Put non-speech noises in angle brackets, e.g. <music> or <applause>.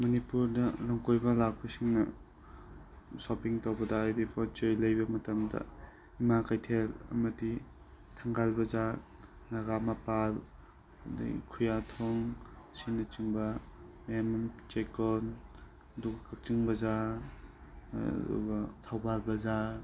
ꯃꯅꯤꯄꯨꯔꯗ ꯂꯝꯀꯣꯏꯕ ꯂꯥꯛꯄꯁꯤꯡꯅ ꯁꯣꯄꯤꯡ ꯇꯧꯕꯗ ꯍꯥꯏꯕꯗꯤ ꯄꯣꯠ ꯆꯩ ꯂꯩꯕ ꯃꯇꯝꯗ ꯏꯃꯥ ꯀꯩꯊꯦꯜ ꯑꯃꯗꯤ ꯊꯪꯒꯥꯜ ꯕꯖꯥꯔ ꯅꯒꯥꯃꯄꯥꯜ ꯑꯗꯒꯤ ꯈꯨꯌꯥꯊꯣꯡ ꯑꯁꯤꯅꯆꯤꯡꯕ <unintelligible> ꯆꯦꯛꯀꯣꯟ ꯑꯗꯨꯒ ꯀꯛꯆꯤꯡ ꯕꯖꯥꯔ ꯑꯗꯨꯒ ꯊꯧꯕꯥꯜ ꯕꯖꯥꯔ